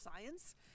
science